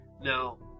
Now